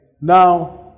Now